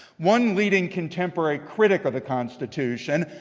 one leading contemporary critic of the constitution,